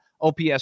OPS